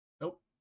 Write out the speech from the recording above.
nope